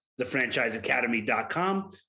thefranchiseacademy.com